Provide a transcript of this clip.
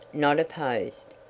not opposed.